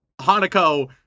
Hanako